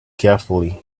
carefully